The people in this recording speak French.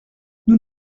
nous